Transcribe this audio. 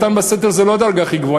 מתן בסתר זה לא הדרגה הכי גבוהה,